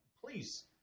please